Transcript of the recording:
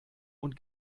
und